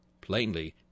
Plainly